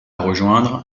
rejoindre